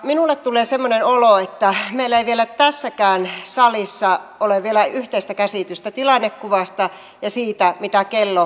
minulle tulee semmoinen olo että meillä ei vielä tässäkään salissa ole yhteistä käsitystä tilannekuvasta ja siitä mitä kello on lyönyt